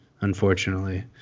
unfortunately